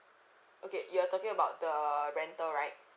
okay you're talking about the rental right